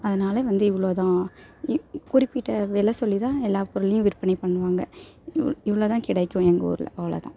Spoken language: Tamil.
அதனால் வந்து இவ்வளோ தான் குறிப்பிட்ட வில சொல்லி தான் எல்லா பொருளையும் விற்பனை பண்ணுவாங்கள் இவ் இவ்வளோ தான் கிடைக்கும் எங்க ஊர்ல அவ்வளோ தான்